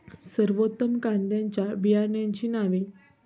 सर्वोत्तम कांद्यांच्या बियाण्यांची नावे?